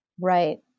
Right